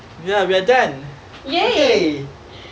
ya we are done !yay!